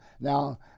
now